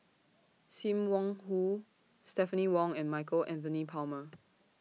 SIM Wong Hoo Stephanie Wong and Michael Anthony Palmer